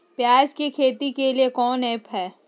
प्याज के खेती के लिए कौन ऐप हाय?